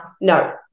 No